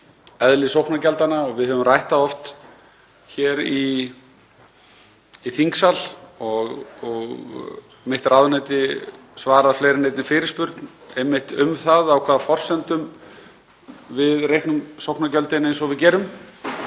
eðli sóknargjaldanna, og við höfum rætt það oft hér í þingsal og mitt ráðuneyti svarað fleiri en einni fyrirspurn um það á hvaða forsendum við reiknum sóknargjöldin eins og við gerum.